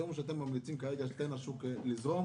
אתם אומרים שאתם ממליצים כרגע לתת לשוק לזרום,